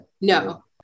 No